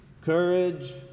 Courage